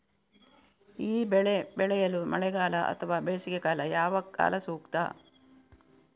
ಈ ಬೆಳೆ ಬೆಳೆಯಲು ಮಳೆಗಾಲ ಅಥವಾ ಬೇಸಿಗೆಕಾಲ ಯಾವ ಕಾಲ ಸೂಕ್ತ?